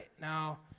Now